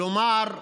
כלומר,